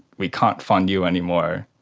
we can't fund you anymore.